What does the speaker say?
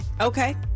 Okay